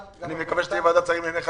אני מקווה שתהיה ועדת שרים לענייני חקיקה,